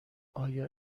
آیا